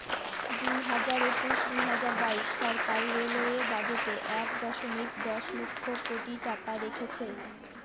দুই হাজার একুশ দুই হাজার বাইশ সরকার রেলওয়ে বাজেটে এক দশমিক দশ লক্ষ কোটি টাকা রেখেছে